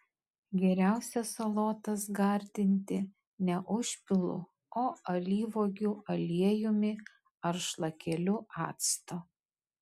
geriausia salotas gardinti ne užpilu o alyvuogių aliejumi ar šlakeliu acto